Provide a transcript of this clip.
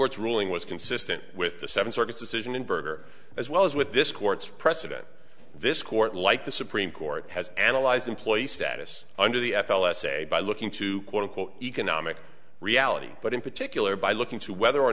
court's ruling was consistent with the seven circuits decision and berger as well as with this court's precedent this court like the supreme court has analyzed employee status under the f l s say by looking to quote unquote economic reality but in particular by looking to whether or